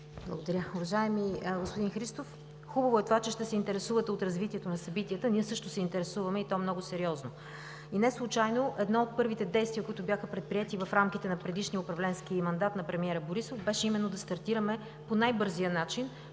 Благодаря Ви. Уважаеми господин Христов, хубаво е това, че се интересувате от развитието на събитията. Ние също се интересуваме, и то много сериозно. Неслучайно едно от първите действия, които бяха предприети в рамките на предишния управленски мандат на премиера Борисов, беше именно да стартираме по най-бързия начин